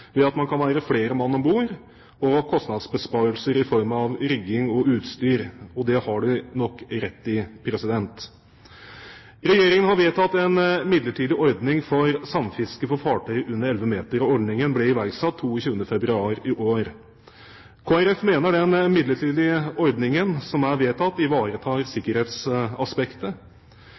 ved at man kan være flere mann om bord og ha kostnadsbesparelser i form av rigging og utstyr. Det har de nok rett i. Regjeringen har vedtatt en midlertidig ordning for samfiske for fartøy under 11 meter. Ordningen ble iverksatt 22. februar i år. Kristelig Folkeparti mener den midlertidige ordningen som er vedtatt, ivaretar sikkerhetsaspektet.